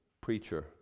preacher